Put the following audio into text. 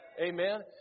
Amen